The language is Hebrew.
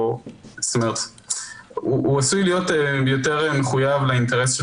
זאת אומרת הוא עשוי להיות יותר מחויב לאינטרס של